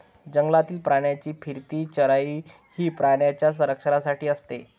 जंगलातील प्राण्यांची फिरती चराई ही प्राण्यांच्या संरक्षणासाठी असते